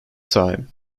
time